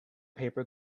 paper